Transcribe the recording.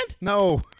No